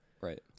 Right